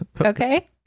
okay